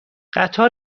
قطار